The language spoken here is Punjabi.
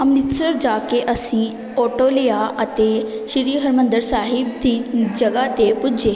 ਅੰਮ੍ਰਿਤਸਰ ਜਾ ਕੇ ਅਸੀਂ ਓਟੋ ਲਿਆ ਅਤੇ ਸ਼੍ਰੀ ਹਰਮੰਦਰ ਸਾਹਿਬ ਦੀ ਜਗ੍ਹਾ 'ਤੇ ਪੁੱਜੇ